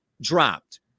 dropped